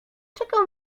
czekał